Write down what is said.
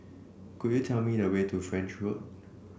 could you tell me the way to French Road